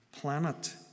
planet